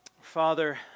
Father